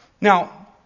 Now